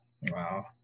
Wow